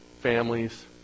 families